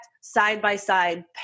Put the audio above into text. side-by-side